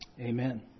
Amen